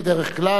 בדרך כלל,